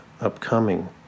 upcoming